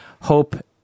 Hope